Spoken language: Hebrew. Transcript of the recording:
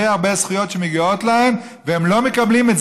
הרבה זכויות שמגיעות להם הם לא מקבלים,